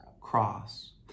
cross